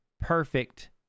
perfect